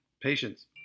patience